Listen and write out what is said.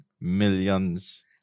Millions